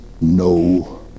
no